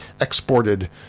exported